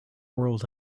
world